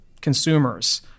consumers